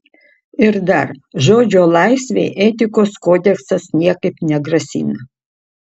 ir dar žodžio laisvei etikos kodeksas niekaip negrasina